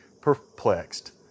perplexed